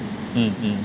mm mm